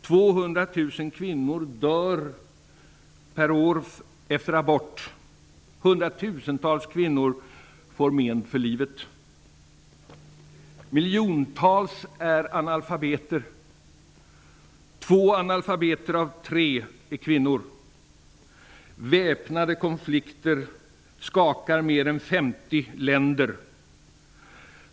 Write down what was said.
200 000 kvinnor dör varje år efter abort. Hundratusentals kvinnor får men för livet. Nästan 1 miljard människor är analfabeter. Två av tre analfabeter är kvinnor. Väpnade konflikter skakar mer än 50 länder.